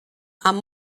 amb